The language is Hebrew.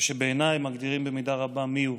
שבעיניי מגדירים במידה רבה מי הוא.